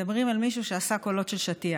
מדברים על מישהו שעשה קולות של שטיח.